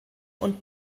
und